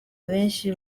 benshi